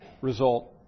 result